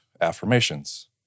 affirmations